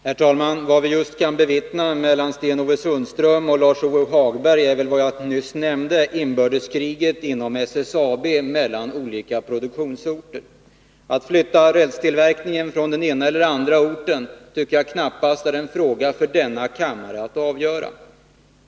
Herr talman! Vad vi just kan bevittna i replikskiftet mellan Sten-Ove Sundström och Lars-Ove Hagberg är väl bevis på vad jag nyss nämnde, nämligen inbördeskriget inom SSAB mellan olika produktionsorter. Att flytta rälstillverkningen från den ena eller andra orter tycker jag knappast är en fråga för denna kammare att avgöra.